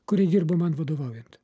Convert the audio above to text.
kurie dirbo man vadovaujant